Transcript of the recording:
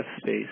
space